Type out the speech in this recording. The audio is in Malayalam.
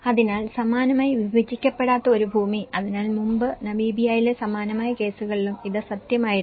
അതിനാൽ സമാനമായി വിഭജിക്കപ്പെടാത്ത ഒരു ഭൂമി അതിനാൽ മുമ്പ് നമീബിയയിലെ സമാനമായ കേസുകളിലും ഇത് സത്യമായിരുന്നു